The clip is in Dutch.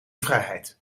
vrijheid